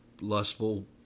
lustful